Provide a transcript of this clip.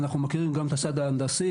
אנחנו מכירים גם את הצד ההנדסי,